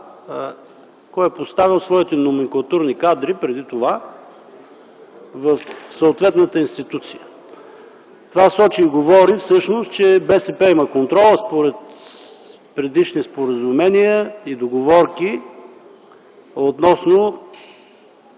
кой е поставил своите номенклатурни кадри преди това в съответната институция. Това говори всъщност, че БСП има контрола според предишни споразумения и договорки относно